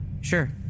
Sure